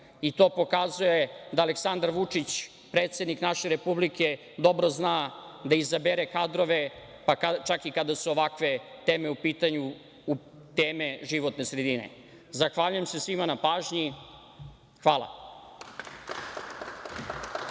To pokazuje da Aleksandar Vučić, predsednik naše Republike, dobro zna da izabere kadrove, pa čak i kada su ovakve teme u pitanju, teme životne sredine. Zahvaljujem se svima na pažnji.